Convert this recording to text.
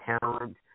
talent